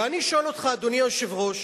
ואני שואל אותך, אדוני היושב-ראש,